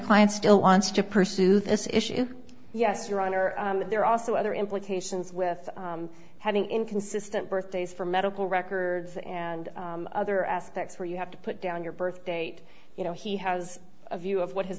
client still wants to pursue this issue yes your honor there are also other implications with having inconsistent birthdays for medical records and other aspects where you have to put down your birth date you know he has a view of what his